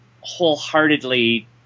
wholeheartedly